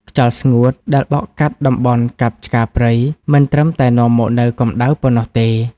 ខ្យល់ស្ងួតដែលបក់កាត់តំបន់កាប់ឆ្ការព្រៃ មិនត្រឹមតែនាំមកនូវកម្ដៅប៉ុណ្ណោះទេ។